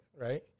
right